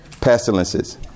pestilences